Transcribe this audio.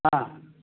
ह